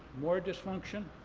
more dysfunction?